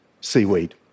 seaweed